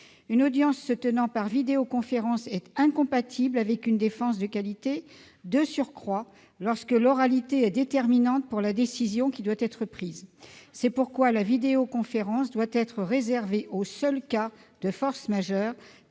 Une audience se tenant par vidéoconférence est incompatible avec une défense de qualité, de surcroît lorsque l'oralité est déterminante pour la détermination de la décision qui doit être prise. C'est pourquoi l'utilisation de la vidéoconférence doit être réservée aux seuls cas de force majeure,